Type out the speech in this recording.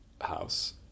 house